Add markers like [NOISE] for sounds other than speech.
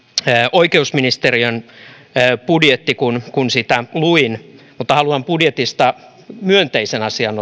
oikeusministeriön budjetti kun kun sitä luin mutta haluan nostaa budjetista esille myös myönteisen asian [UNINTELLIGIBLE]